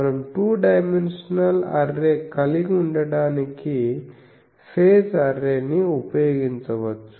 మనం two dimensional array కలిగి ఉండటానికి ఫేజ్ అర్రే ని ఉపయోగించవచ్చు